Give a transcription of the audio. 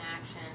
action